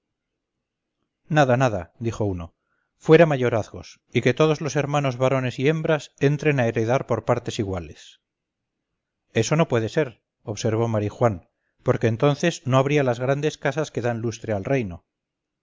nada nada dijo uno fuera mayorazgos y que todos los hermanos varones y hembras entren a heredar por partes iguales eso no puede ser observó marijuán porque entonces no habría las grandes casas que dan lustre al reino